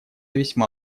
весьма